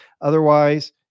Otherwise